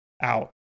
out